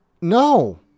No